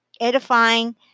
edifying